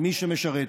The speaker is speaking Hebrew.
מי שמשרת.